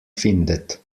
findet